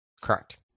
Correct